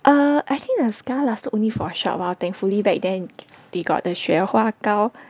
err I think the scar lasted only for a short while thankfully back then they got the 雪花膏